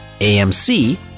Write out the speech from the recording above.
AMC